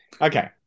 Okay